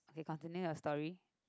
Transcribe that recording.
continue your story